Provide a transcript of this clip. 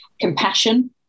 compassion